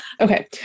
Okay